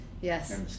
yes